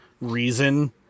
reason